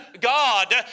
God